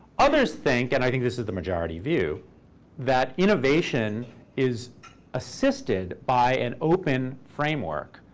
others think and i think this is the majority view that innovation is assisted by an open framework,